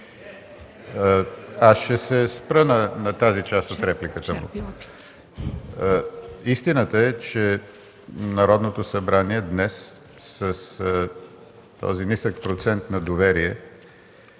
Аз ще се спра на тази част от репликата му. Истината е, че Народното събрание днес – с този нисък процент на доверие,